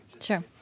Sure